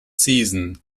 season